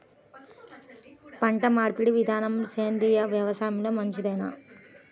పంటమార్పిడి విధానము సేంద్రియ వ్యవసాయంలో మంచిదేనా?